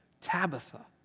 Tabitha